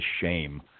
shame